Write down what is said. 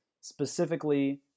Specifically